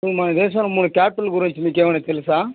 ఇప్పుడు మన దేశం క్యాపిటల్ గురించి మీకు ఏమన్న తెలుసా